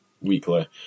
weekly